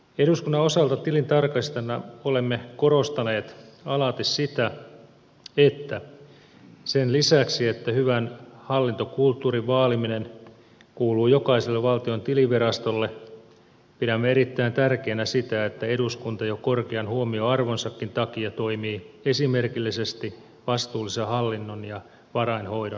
eduskunnan osalta tilintarkastajina olemme korostaneet alati sitä että sen lisäksi että hyvän hallintokulttuurin vaaliminen kuuluu jokaiselle valtion tilivirastolle pidämme erittäin tärkeänä sitä että eduskunta jo korkean huomioarvonsakin takia toimii esimerkillisesti vastuullisen hallinnon ja varainhoidon edistäjänä